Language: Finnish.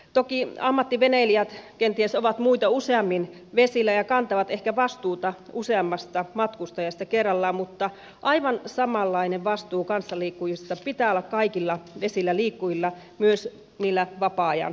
toki ammattiveneilijät kenties ovat muita useammin vesillä ja kantavat ehkä vastuuta useammasta matkustajasta kerrallaan mutta aivan samanlainen vastuu kanssaliikkujista pitää olla kaikilla vesilläliikkujilla myös niillä vapaa ajan liikkujilla